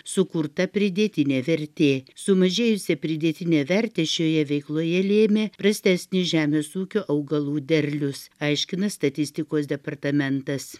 sukurta pridėtinė vertė sumažėjusią pridėtinę vertę šioje veikloje lėmė prastesnis žemės ūkio augalų derlius aiškina statistikos departamentas